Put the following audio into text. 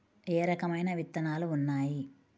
ఏ రకమైన విత్తనాలు ఉన్నాయి?